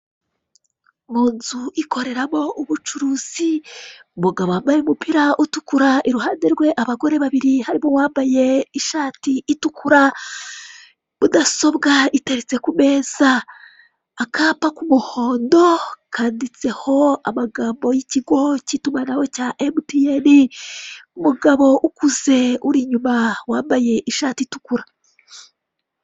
Mu nzu ikorerwamo ubucuruzi umugabo wambaye umupira utukura iruhande rwe abagore babiri harimo uwambaye ishati itukura akapa k'umuhondo kanditseho amagambo y'ikigo k'itumanaho cya MTN umugabo ukuze uri inyuma wambaye ishati itukura.